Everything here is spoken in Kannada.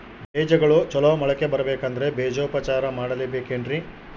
ಬೇಜಗಳು ಚಲೋ ಮೊಳಕೆ ಬರಬೇಕಂದ್ರೆ ಬೇಜೋಪಚಾರ ಮಾಡಲೆಬೇಕೆನ್ರಿ?